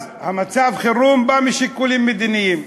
אז מצב החירום בא משיקולים מדיניים.